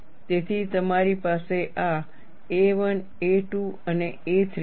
તેથી તમારી પાસે આ a1 a2 અને a3 છે